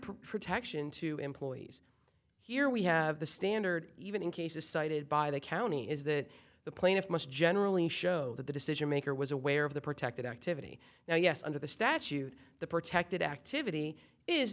provide protection to employees here we have the standard even in cases cited by the county is that the plaintiff must generally show that the decision maker was aware of the protected activity now yes under the statute the protected activity is